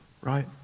right